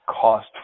cost